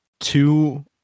Two